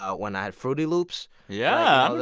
ah when i had fruityloops. yeah,